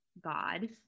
god